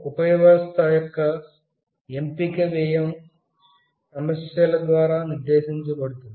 ఉపవ్యవస్థ యొక్క ఎంపిక వ్యయ సమస్యల ద్వారా నిర్దేశించబడుతుంది